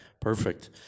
perfect